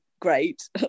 great